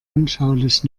anschaulich